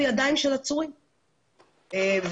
עכשיו תראו מה נציגי השב"ס אמרו,